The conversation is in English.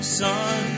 sun